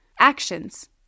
Actions